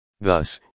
Thus